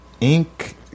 ink